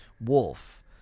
wolf